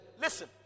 Listen